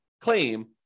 claim